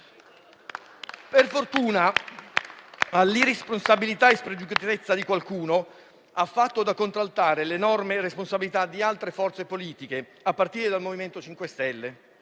Per fortuna all'irresponsabilità e alla spregiudicatezza di qualcuno ha fatto da contraltare l'enorme responsabilità di altre forze politiche, a partire dal MoVimento 5 Stelle.